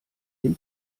dem